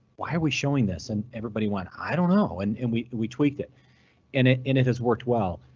why are we showing this and everybody went, i don't know and and we we tweaked it and it and it has worked well.